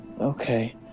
okay